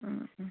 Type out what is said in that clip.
ꯎꯝ ꯎꯝ